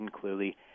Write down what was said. clearly